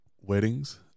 weddings